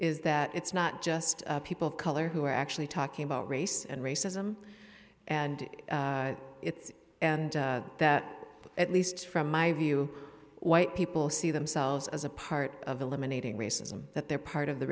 is that it's not just people of color who are actually talking about race and racism and it's and that at least from my view white people see themselves as a part of eliminating racism that they're part of the